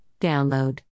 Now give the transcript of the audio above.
download